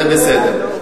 זה בסדר.